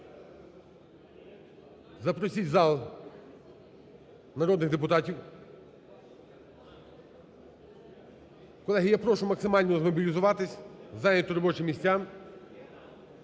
Запросіть в зал народних депутатів. Колеги, я прошу максимально змобілізуватися, зайняти робочі місця.